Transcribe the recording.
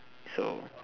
so